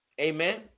Amen